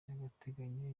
y’agateganyo